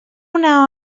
una